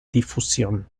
difusión